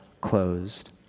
closed